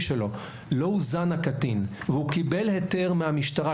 שלו לא הוזן הקטין והוא קיבל היתר מהמשטרה,